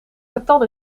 catan